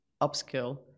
upskill